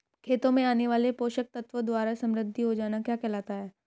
खेतों में आने वाले पोषक तत्वों द्वारा समृद्धि हो जाना क्या कहलाता है?